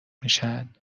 میشن